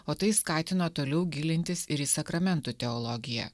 o tai skatino toliau gilintis ir į sakramentų teologiją